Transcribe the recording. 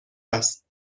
است